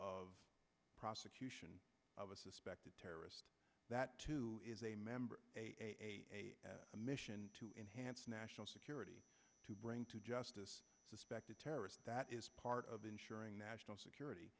of prosecution of a suspected terrorist that too is a member of a mission to enhance national security to bring to justice suspected terrorists that is part of ensuring that security